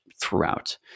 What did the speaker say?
throughout